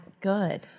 good